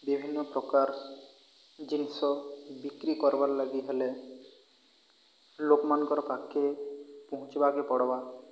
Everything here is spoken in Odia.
ବିଭିନ୍ନ ପ୍ରକାର ଜିନିଷ ବିକ୍ରି କରିବାର ଲାଗି ହେଲେ ଲୋକମାନଙ୍କର ପାଖକୁ ପହଞ୍ଚିବାକୁ ପଡ଼ିବ